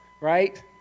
right